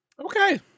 Okay